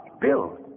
Bill